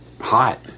hot